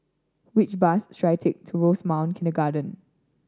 which bus should I take to Rosemount Kindergarten